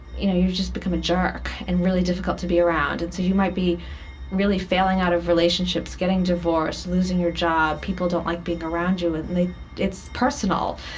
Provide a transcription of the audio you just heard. you know you've just become a jerk and really difficult to be around. and so you might be really failing out of relationships, getting divorced, losing your job, people don't like being around you. and and it's personal.